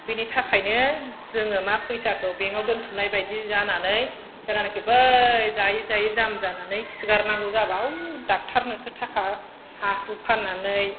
बिनि थाखायनो जोङो मा फैसाखौ बेंकआव दोनथुमनाय बायदि जानानै जेलानाखि बै जायै जायै जाम जानानै खिगारनांगौ जाबा हौ डाक्टारनोसो थाखा हा हु फाननानै